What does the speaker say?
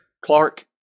Clark